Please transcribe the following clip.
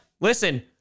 listen